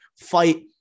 fight